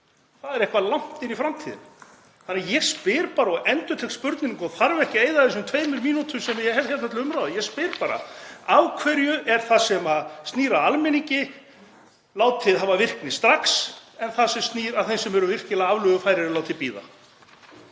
það er eitthvað langt inni í framtíðinni. Þannig að ég spyr bara og endurtek spurninguna og þarf ekki að eyða af þessum tveimur mínútum sem ég hef til umráða. Ég spyr bara: Af hverju er það sem snýr að almenningi látið hafa virkni strax en það sem snýr að þeim sem eru virkilega aflögufærir látið bíða?